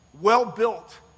well-built